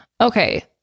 Okay